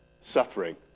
suffering